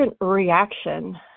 reaction